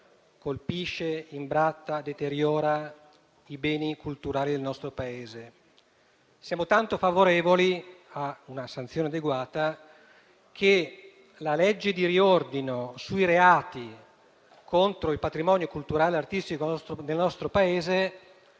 colpisce, imbratta e deteriora i beni culturali del nostro Paese. Siamo tanto favorevoli a una sanzione adeguata che la legge di riordino sui reati contro il patrimonio culturale e artistico del nostro Paese